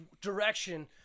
direction